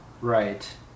right